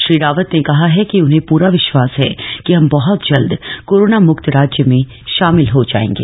श्री रावत ने कहा है कि उन्हें प्रा विश्वास है कि हम बहुत जल्द कोरोना मुक्त राज्य में शामिल हो जाएंगे